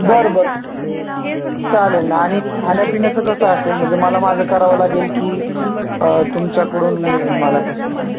बरं बरं चालेल ना आणि खाण्यापिण्याचं कसं असेल म्हणजे मला माझं करावं लागेल की तुमच्याकडून मिळेल मला कसं काय